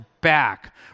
back